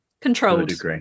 Controlled